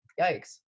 yikes